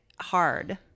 hard